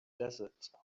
desert